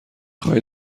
خواهید